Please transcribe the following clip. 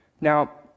Now